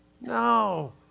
No